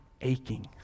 aching